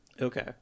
okay